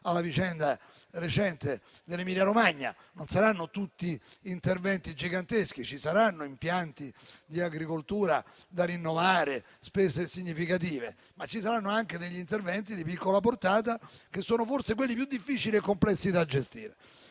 alla vicenda recente dell'Emilia-Romagna: non saranno tutti interventi giganteschi, ci saranno impianti di agricoltura da rinnovare e spese significative, ma ci saranno anche interventi di piccola portata, che sono forse quelli più difficili e complessi da gestire.